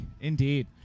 indeed